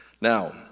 Now